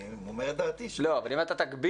אני אומר את דעתי --- אבל אם אתה תגביל,